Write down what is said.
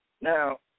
Now